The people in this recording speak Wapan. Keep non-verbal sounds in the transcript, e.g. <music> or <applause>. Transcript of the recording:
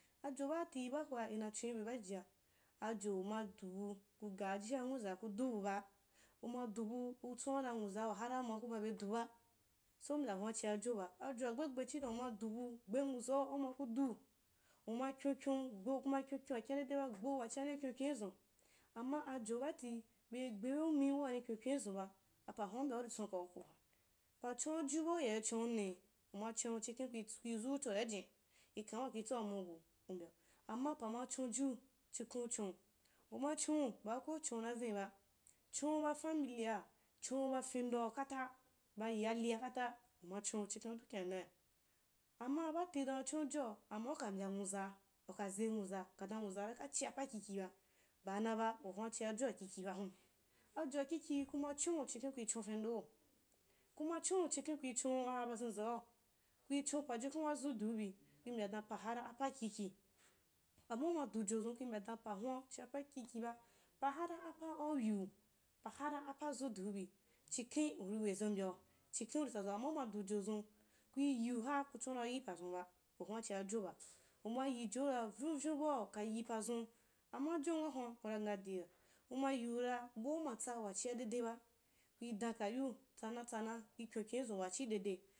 Ajo baati baahwa ina chonibe ljijia, ajo uma dubu kui gaajia nwuzaa kudu bu ba, kuma dub aka chonadan nwuzaa wahara ma ku babe duba, seu mbya ahun’a chiajoba, ajoagbegbe chii dan uma dubu, gbe nwuzau auma kudu, uma kyonkyou gbeu, kuma kyonkyon gbeu, kuma kyonkyon’a chia dedeba gbeu wachia ni kyonkyonizun, amma ajo baati, bei gbeumi waa ni kyonkyonizun ba. apaa hun’a u mbyaa uri pyinkau ku bub a, paa chon’a jiuba uyai chonui? Umachon’u chikhen kui <unintelligible> kui zuu choa ljini, lkhau’a waa kui tsau mugu, u mbya, amma pa ma chou jiu, chikhen u chon’u, uma chon’u, baa ko uchon’u na vin’i ba, chon’u ba kamilia, chon’u ba kendo’a kata ba lyalia kata, uma chou’u chikhen kudu kln’anai amma abata nachonjoa’ amma uka mbya nwuzaa ukase nwuzaa, nwauzaa chia paa kiki ba, baanaba, wahuu’a chia joa kikiba hun ajoa kiki kuma chou’u clikhen kui chou pendoo, kuma chon’u chikhen kui cho aba zenzei, kui chon pajukuu baa zu diu bi, kui wbya dan apaa hara apaa kiki, amma uma du jo zun kui mbya dan paa hun’a chia paa kikiba, paa hara apaa au yiu, paa hara apaa zu diubi, chikhen uri wezo mbyau, chikhen uri tsazauyo, amma udu jo zun, kui yiuha kui chouadan uyi pazunbz, wahun’a chia jo bai uma yi joura uyonvyon bau ka yi pa zun, amma jom wahun’a kuna ngadia kumayiura baa uma tsa wachia dede ba, kui dank a yiu tsana tsana lkyonkyo uizun waa chii dede.